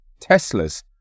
Teslas